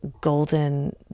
golden